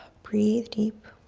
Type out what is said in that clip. breathe deep.